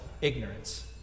ignorance